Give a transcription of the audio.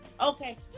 Okay